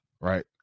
Right